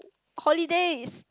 holidays